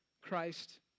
Christ